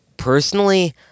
Personally